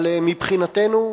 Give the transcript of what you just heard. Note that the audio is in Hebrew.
אבל מבחינתנו,